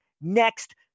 Next